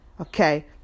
Okay